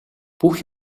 бүх